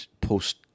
post